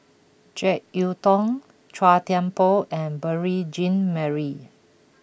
Jek Yeun Thong Chua Thian Poh and Beurel Jean Marie